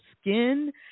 skin